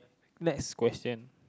next question